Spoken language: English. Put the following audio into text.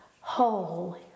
Whole